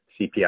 CPI